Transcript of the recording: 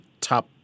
top